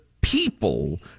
people